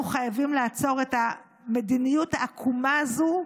אנחנו חייבים לעצור את המדיניות העקומה הזו,